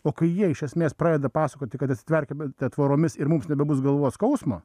o kai jie iš esmės pradeda pasakoti kad atsitverkime tvoromis ir mums nebebus galvos skausmo